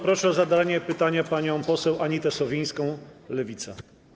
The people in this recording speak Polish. Proszę o zadanie pytania panią poseł Anitę Sowińską, Lewica.